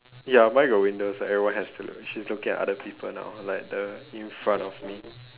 ya mine got windows everyone has to look she's looking at other people now like the in front of me